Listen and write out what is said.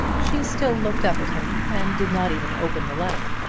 she still looked up at him and did not even open the letter.